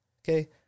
Okay